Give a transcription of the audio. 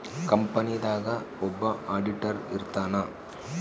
company ದಾಗ ಒಬ್ಬ auditor ಇರ್ತಾನ